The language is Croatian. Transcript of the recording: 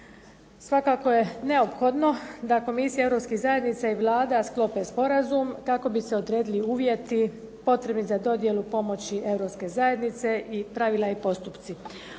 Svakako je neophodno da Komisija europskih zajednica i Vlada sklope sporazum kako bi se odredili uvjeti potrebni za dodjelu pomoći Europske zajednice i pravila i postupci.